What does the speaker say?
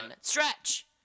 Stretch